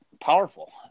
powerful